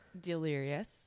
delirious